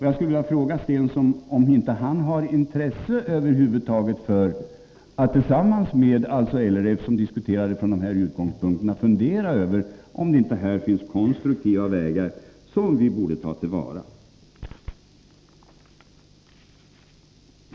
Jag skulle vilja fråga Stensson om han över huvud taget inte har intresse av att tillsammans med LRF, som diskuterar från dessa utgångspunkter, fundera över om det inte finns konstruktiva förslag, som vi borde tillvarata.